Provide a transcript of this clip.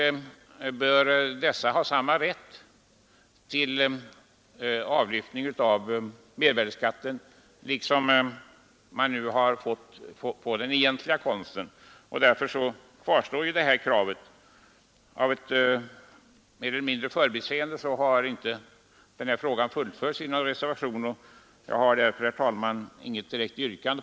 Naturligtvis bör samma rätt till avlyftning av mervärdeskatten föreligga i sådana fall som den man nu har fått i fråga om den egentliga konsten. Mer eller mindre av ett förbiseende har den frågan inte fullföljts i någon reservation, och jag har därför inget direkt yrkande.